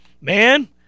Man